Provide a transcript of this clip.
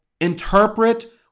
interpret